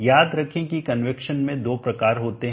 याद रखें कि कन्वैक्शन में दो प्रकार होते हैं